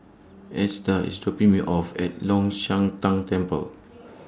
Esta IS dropping Me off At Long Shan Tang Temple